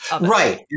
Right